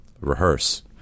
rehearse